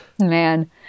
Man